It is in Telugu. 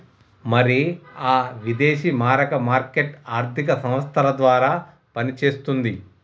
మరి ఆ విదేశీ మారక మార్కెట్ ఆర్థిక సంస్థల ద్వారా పనిచేస్తుంది